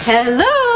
Hello